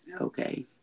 okay